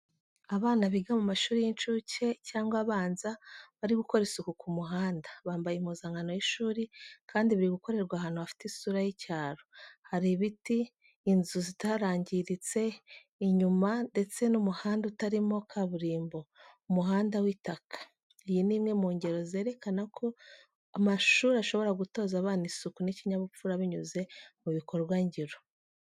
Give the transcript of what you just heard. Abana biga mu mashuri y'incuke cyangwa abanza bari gukora isuku ku muhanda. Bambaye impuzankano y'ishuri kandi biri gukorerwa ahantu hafite isura y’icyaro. Hari ibiti, inzu zitarangiritse inyuma ndetse n’umuhanda utarimo kaburimbo, umuhanda w’itaka. Iyi ni imwe mu ngero zerekana uko amashuri ashobora gutoza abana isuku n’ikinyabupfura binyuze mu bikorwa ngiro.